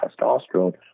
testosterone